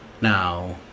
Now